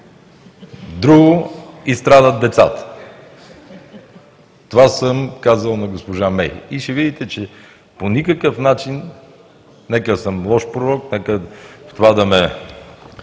скъпи и страдат децата. Това съм казал на госпожа Мей и ще видите, че по никакъв начин, нека съм лош пророк, нека в това да ме